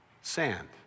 sand